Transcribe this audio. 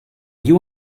you